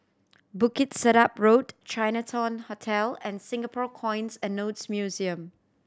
Bukit Sedap Road Chinatown Hotel and Singapore Coins and Notes Museum